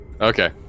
Okay